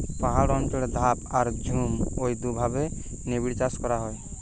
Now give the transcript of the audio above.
পাহাড় অঞ্চলে ধাপ আর ঝুম ঔ দুইভাবে নিবিড়চাষ করা হয়